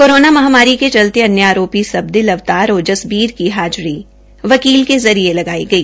corona महामारी के चलते अन्य आरोपी सबदिल अवतार और जसबीर की हाजिसी वकील के जरिये लगाई गई